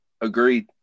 Agreed